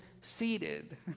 seated